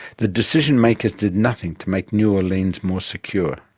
the decision-makers did nothing to make new orleans more secure.